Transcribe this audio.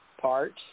parts –